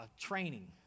training